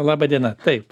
laba diena taip